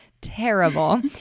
terrible